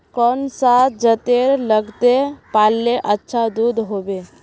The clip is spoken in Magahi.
कौन सा जतेर लगते पाल्ले अच्छा दूध होवे?